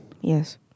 Yes